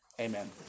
Amen